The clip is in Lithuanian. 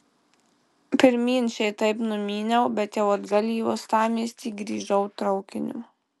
pirmyn šiaip taip numyniau bet jau atgal į uostamiestį grįžau traukiniu